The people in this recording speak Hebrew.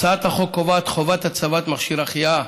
הצעת החוק קובעת חובת הצבת מכשיר החייאה,